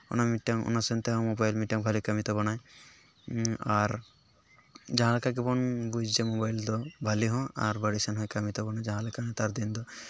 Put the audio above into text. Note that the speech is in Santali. ᱚᱱᱟ ᱢᱤᱫᱴᱮᱱ ᱚᱱᱟ ᱥᱮᱱᱛᱮ ᱢᱳᱵᱟᱭᱤᱞ ᱢᱤᱫᱴᱟᱱ ᱵᱷᱟᱹᱜᱤ ᱠᱟᱹᱢᱤ ᱛᱟᱵᱚᱱᱟᱭ ᱟᱨ ᱡᱟᱦᱟᱸ ᱞᱮᱠᱟ ᱜᱮᱵᱚᱱ ᱵᱩᱡᱟ ᱢᱳᱵᱟᱭᱤᱞ ᱫᱚ ᱵᱷᱟᱹᱜᱤ ᱦᱚᱸ ᱟᱨ ᱵᱟᱹᱲᱤᱡ ᱥᱮᱱ ᱦᱚᱸᱭ ᱠᱟᱹᱢᱤ ᱛᱟᱵᱚᱱᱟ ᱡᱟᱦᱟᱸ ᱞᱮᱠᱟ ᱱᱮᱛᱟᱨ ᱫᱤᱱ ᱫᱚ